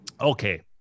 okay